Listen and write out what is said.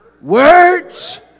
words